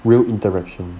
real interaction